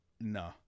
No